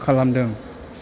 खालामदों